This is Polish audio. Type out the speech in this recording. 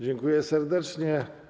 Dziękuję serdecznie.